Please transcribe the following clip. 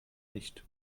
nicht